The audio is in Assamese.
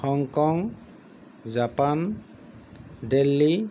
Hong Kong Japan Delhi